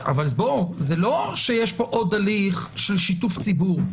זה לא שיש פה עוד הליך של שיתוף ציבור.